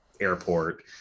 airport